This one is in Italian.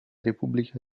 repubblica